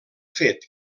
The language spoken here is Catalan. fet